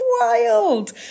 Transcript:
wild